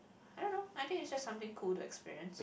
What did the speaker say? I don't know I think is just something cool to experience